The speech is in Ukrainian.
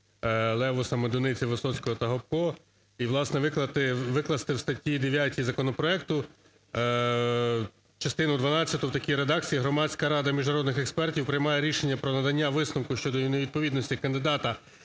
Левуса, Медуниці, Висоцького та Гопко. І, власне, викласти в статті 9 законопроекту частину дванадцяту в такій редакції: "Громадська рада міжнародних експертів приймає рішення про надання висновку щодо невідповідності кандидата